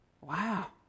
Wow